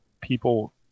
people